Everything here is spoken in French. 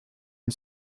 n’y